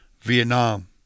Vietnam